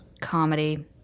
comedy